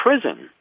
prison